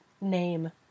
name